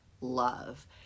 love